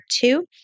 two